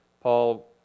Paul